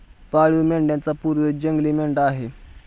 पाळीव मेंढ्यांचा पूर्वज जंगली मेंढी आहे